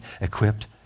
equipped